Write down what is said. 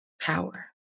power